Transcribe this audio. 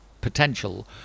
potential